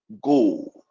go